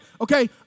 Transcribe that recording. okay